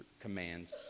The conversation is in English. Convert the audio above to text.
Commands